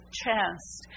chest